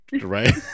Right